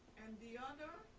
and the other,